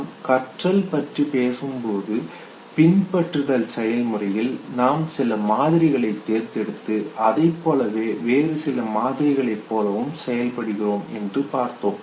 நாம் கற்றல் பற்றி பேசும்போது பின்பற்றுதல் செயல்முறையில் நாம் சில மாதிரிகளை தேர்ந்தெடுத்து அதைப் போலவே வேறு சில மாதிரிகளை போலவும் செயல்படுகிறோம் என்று பார்த்தோம்